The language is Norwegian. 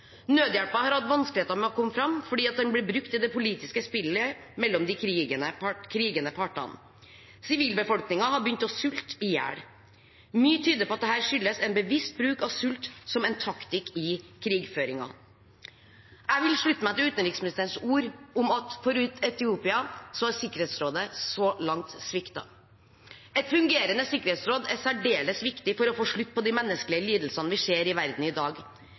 Nødhjelpen har hatt vanskeligheter med å komme fram fordi den blir brukt i det politiske spillet mellom de krigende partene. Sivilbefolkningen har begynt å sulte i hjel. Mye tyder på at dette skyldes en bevisst bruk av sult som en taktikk i krigføringen. Jeg vil slutte meg til utenriksministerens ord om at for Etiopia har Sikkerhetsrådet så langt sviktet. Et fungerende sikkerhetsråd er særdeles viktig for å få slutt på de menneskelige lidelsene vi ser i verden i dag.